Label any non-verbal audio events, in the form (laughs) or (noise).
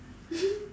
(laughs)